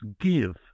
give